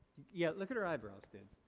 yeah look at her eyebrows dude.